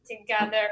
together